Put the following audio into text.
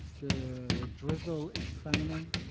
the drizzle is feminine.